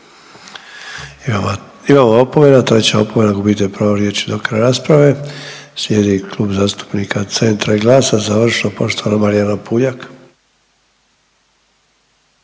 Imamo opomena, treća opomena. Gubite pravo riječi do kraja rasprave. Slijedi Klub zastupnika CENTRA i GLAS-a završno poštovana Marijana Puljak.